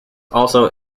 also